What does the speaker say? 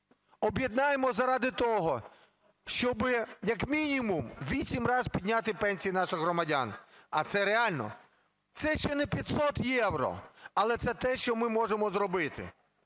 об'єднаємось заради того, щоб як мінімум у вісім раз підняти пенсії наших громадян, а це реально. Це ще не 500 євро, але це те, що ми можемо зробити.